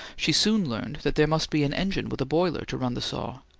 she soon learned that there must be an engine with a boiler to run the saw.